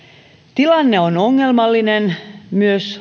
tilanne on ongelmallinen myös